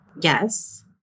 Yes